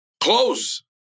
Close